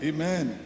Amen